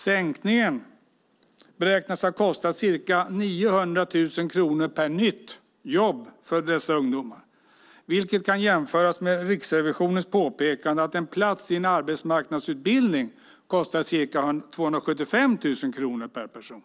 Sänkningen beräknas kosta ca 900 000 kronor per nytt jobb för dessa ungdomar. Det kan jämföras med Riksrevisionens påpekande att en plats i en arbetsmarknadsutbildning kostar ca 275 000 kronor per person.